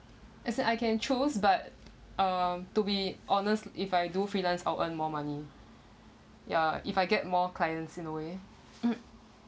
as I can choose but um to be honest if I do freelance I'll earn more money ya if I get more clients in a way